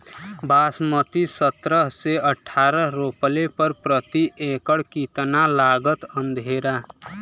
बासमती सत्रह से अठारह रोपले पर प्रति एकड़ कितना लागत अंधेरा?